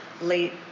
late